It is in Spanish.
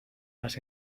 las